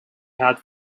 had